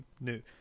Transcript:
new